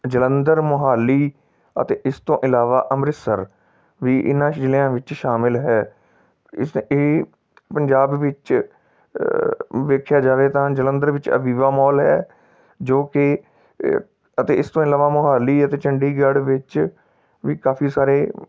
ਜਲੰਧਰ ਮੋਹਾਲੀ ਅਤੇ ਇਸ ਤੋਂ ਇਲਾਵਾ ਅੰਮ੍ਰਿਤਸਰ ਵੀ ਇਹਨਾਂ ਜ਼ਿਲ੍ਹਿਆਂ ਵਿੱਚ ਸ਼ਾਮਿਲ ਹੈ ਇਹ ਇਹ ਪੰਜਾਬ ਵਿੱਚ ਵੇਖਿਆ ਜਾਵੇ ਤਾਂ ਜਲੰਧਰ ਵਿੱਚ ਆਬੀਵਾ ਮੋਲ ਹੈ ਜੋ ਕਿ ਅਤੇ ਇਸ ਤੋਂ ਇਲਾਵਾ ਮੋਹਾਲੀ ਅਤੇ ਚੰਡੀਗੜ੍ਹ ਵਿੱਚ ਵੀ ਕਾਫੀ ਸਾਰੇ